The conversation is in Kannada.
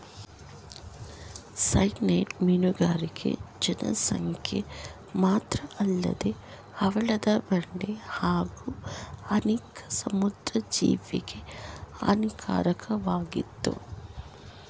ಸೈನೈಡ್ ಮೀನುಗಾರಿಕೆ ಜನಸಂಖ್ಯೆ ಮಾತ್ರಅಲ್ಲದೆ ಹವಳದ ಬಂಡೆ ಹಾಗೂ ಅನೇಕ ಸಮುದ್ರ ಜೀವಿಗೆ ಹಾನಿಕಾರಕವಾಗಯ್ತೆ